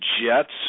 jets